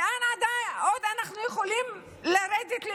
לאן עוד אנחנו יכולים לרדת?